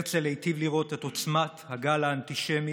הרצל היטיב לראות את עוצמת הגל האנטישמי,